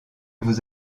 vous